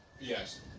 Yes